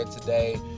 today